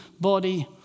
body